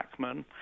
Ackman